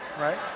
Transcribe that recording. right